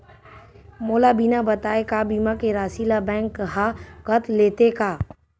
मोला बिना बताय का बीमा के राशि ला बैंक हा कत लेते का?